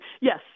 Yes